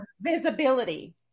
visibility